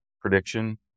prediction